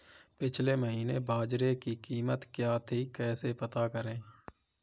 पिछले महीने बाजरे की कीमत क्या थी कैसे पता करें?